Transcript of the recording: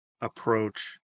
approach